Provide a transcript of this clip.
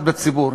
בציבור,